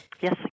Yes